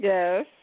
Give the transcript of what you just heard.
Yes